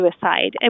suicide